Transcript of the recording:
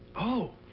oh.